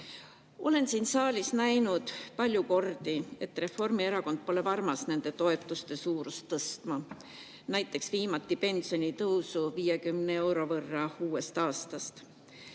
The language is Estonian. Olen siin saalis näinud palju kordi, et Reformierakond pole varmas nende toetuste suurust tõstma, näiteks viimati pensionitõusu 50 euro võrra uuest aastast.